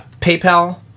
PayPal